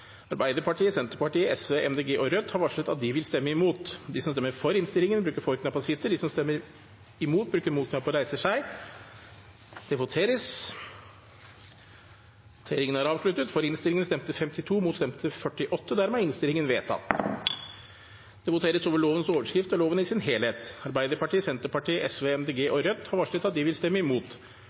Arbeiderpartiet, Senterpartiet, Sosialistisk Venstreparti, Miljøpartiet De Grønne og Rødt har varslet at de vil stemme imot. Det voteres over lovens overskrift og loven i sin helhet. Arbeiderpartiet, Senterpartiet, Sosialistisk Venstreparti, Miljøpartiet De Grønne og Rødt har varslet at de vil stemme imot.